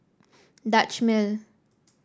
Dutch Mill